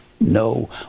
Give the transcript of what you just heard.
No